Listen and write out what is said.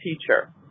teacher